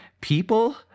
people